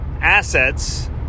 assets